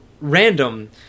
random